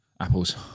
Apples